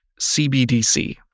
CBDC